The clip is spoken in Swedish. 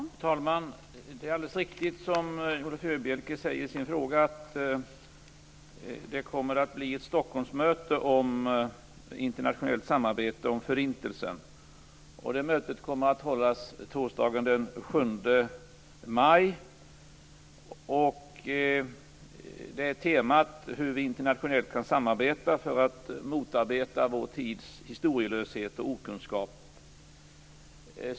Fru talman! Det är alldeles riktigt som Viola Furubjelke säger i sin fråga att det kommer att bli ett Förintelsen. Det mötet kommer att hållas torsdagen den 7 maj. Temat är hur vi internationellt kan samarbeta för att motarbeta vår tids historielöshet och okunskap.